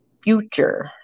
future